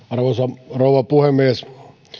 arvoisa rouva puhemies